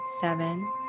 seven